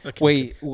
Wait